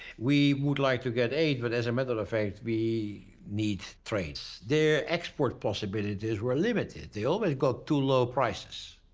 we would like to get aid but as a matter of fact we need trade. their export possibilities were limited they always got too low prices,